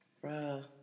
Bro